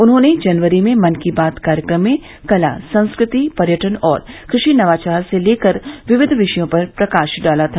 उन्होंने जनवरी मे मन की बात कार्यक्रम में कला संस्कृति पर्यटन और कृषि नवाचार से लेकर विविध विषयों पर प्रकाश डाला था